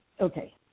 Okay